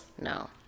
No